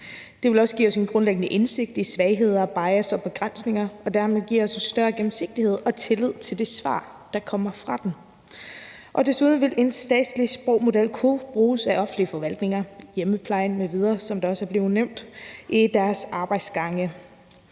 Det vil også give os en grundliggende indsigt i svagheder, bias og begrænsninger og dermed give os en større gennemsigtighed og tillid til det svar, der kommer fra den. Og desuden vil en statslig sprogmodel kunne bruges af offentlige forvaltninger, hjemmeplejen m.v., hvilket også er blevet nævnt, i deres arbejdsgange.